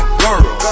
girl